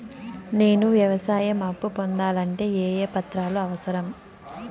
నేను వ్యవసాయం అప్పు పొందాలంటే ఏ ఏ పత్రాలు అవసరం?